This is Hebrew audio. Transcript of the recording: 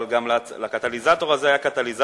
אבל גם לקטליזטור הזה היה קטליזטור,